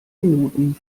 minuten